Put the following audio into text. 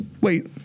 Wait